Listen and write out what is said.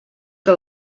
que